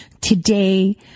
Today